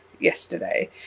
yesterday